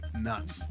nuts